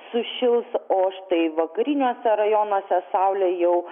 sušils o štai vakariniuose rajonuose saulė jau